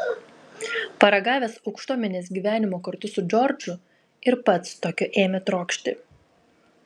paragavęs aukštuomenės gyvenimo kartu su džordžu ir pats tokio ėmė trokšti